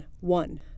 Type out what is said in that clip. One